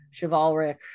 chivalric